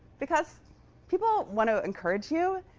because people want to encourage you.